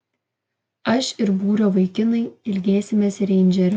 aš ir būrio vaikinai ilgėsimės reindžerio